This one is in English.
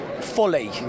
fully